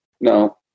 No